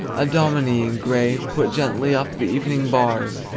a dominie in gray put gently up the evening bars,